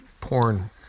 porn